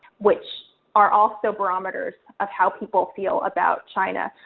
which are also barometers of how people feel about china.